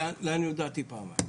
לעניות דעתי, פעמיים.